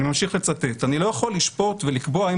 אני ממשיך לצטט: "אני לא יכול לשפוט ולקבוע אם